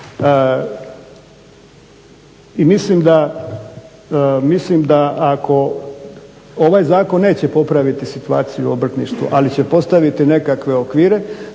I mislim da ako ovaj zakon neće popraviti situaciju u obrtništvu, ali će postaviti nekakve okvire,